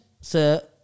Sir